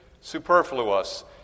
superfluous